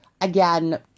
Again